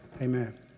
Amen